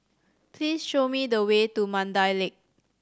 please show me the way to Mandai Lake